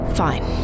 Fine